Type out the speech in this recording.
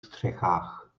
střechách